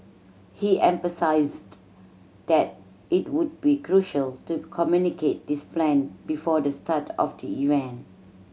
he emphasised that it would be crucial to communicate this plan before the start of the event